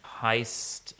heist